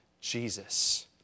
Jesus